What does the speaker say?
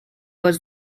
was